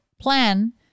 plan